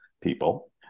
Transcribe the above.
people